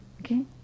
Okay